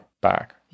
back